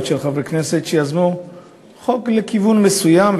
של חברי כנסת שיזמו חוק לכיוון מסוים,